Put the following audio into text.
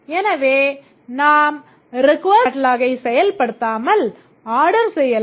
எனவே நாம் request catalogue ஐ செயல்படுதாமல் ஆர்டர் செய்யலாம்